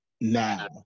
now